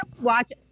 watch